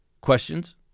Questions